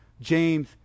James